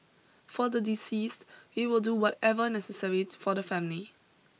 for the deceased we will do whatever necessary for the family